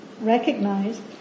recognized